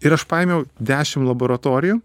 ir aš paėmiau dešim laboratorijų